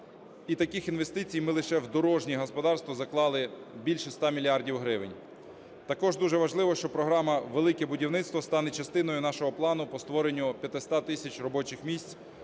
І таких інвестицій ми лише в дорожні господарства заклали більше 100 мільярдів гривень. Також дуже важливо, що програма "Велике будівництво" стане частиною нашого плану по створенню 500 тисяч робочих місць